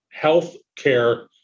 healthcare